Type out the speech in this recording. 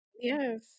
Yes